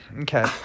Okay